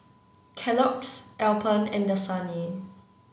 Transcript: Kellogg's Alpen and Dasani